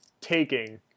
taking